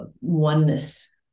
oneness